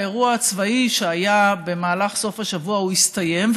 האירוע הצבאי שהיה במהלך סוף השבוע הסתיים.